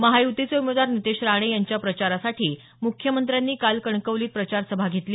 महायुतीचे उमेदवार नितेश राणे यांच्या प्रचारासाठी मुख्यमंत्र्यांनी काल कणकवलीत प्रचार सभा घेतली